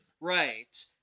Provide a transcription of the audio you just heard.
Right